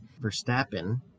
Verstappen